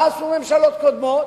מה עשו ממשלות קודמות?